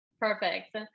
perfect